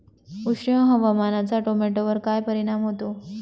उष्ण हवामानाचा टोमॅटोवर काय परिणाम होतो?